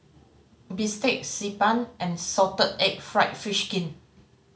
bistake Xi Ban and salted egg fried fish skin